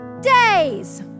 days